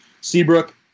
Seabrook